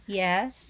yes